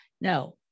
No